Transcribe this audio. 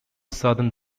southern